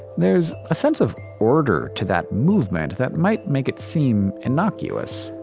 there's a sense of order to that movement that might make it seem innocuous,